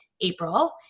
April